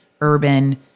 urban